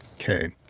Okay